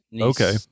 Okay